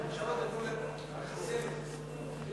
עכשיו אתם יכולים לחסל את זה.